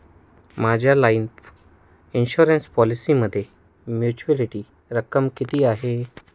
माझ्या life insurance पॉलिसीमध्ये maturity रक्कम किती आहे?